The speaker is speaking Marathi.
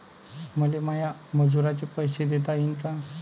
मले माया मजुराचे पैसे देता येईन का?